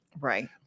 Right